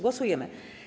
Głosujemy.